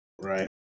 Right